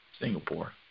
Singapore